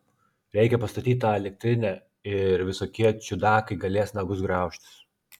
reikia pastatyt tą elektrinę ir visokie čiudakai galės nagus graužtis